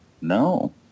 no